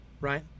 right